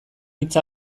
hitz